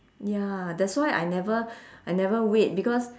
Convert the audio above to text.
ya that's why I never I never wait because